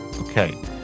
Okay